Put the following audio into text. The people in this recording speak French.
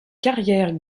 carrières